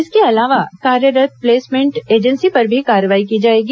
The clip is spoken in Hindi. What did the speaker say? इसके अलावा कार्यरत प्लेसमेंट एजेंसी पर भी कार्रवाई की जाएगी